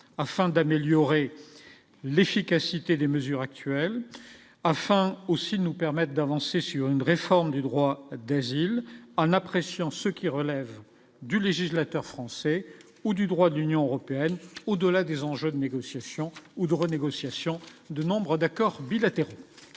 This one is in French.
afin d'améliorer l'efficacité des mesures actuelles afin aussi nous permettent d'avancer sur une réforme du droit d'exil en appréciant ce qui relève du législateur français ou du droit de l'Union européenne, au-delà des enjeux négociations ou de renégociations de nombre d'accords bilatéraux.